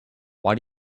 why